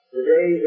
Today